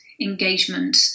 engagement